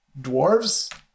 dwarves